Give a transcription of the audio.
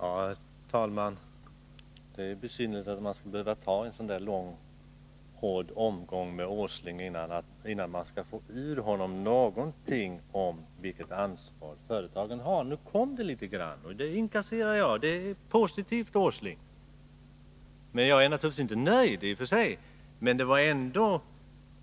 Herr talman! Det är besynnerligt att man skall behöva ta en sådan här lång och hård omgång med Nils Åsling innan man får ur honom någonting om vilket ansvar företagen har. Nu kom det litet grand, och det inkasserar jag. Det är positivt, Nils Åsling! I och för sig är jag naturligtvis inte nöjd, men det var ändå